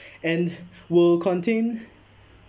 and will contain